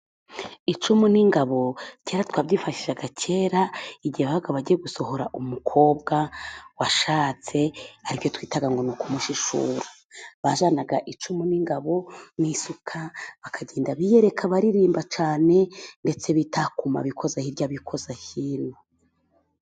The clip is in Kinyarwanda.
Icumu n'ingabo， kera twabyifashishaga kera igihe babaga bagiye gusohora umukobwa washatse，aribyo twitaga ngo ni ukumushishura. Bajyanaga icumu n'ingabo n'isuka, bakagenda biyereka baririmba cyane， ndetse bitakuma， bikoze hirya bikoza hino.